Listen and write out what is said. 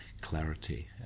clarity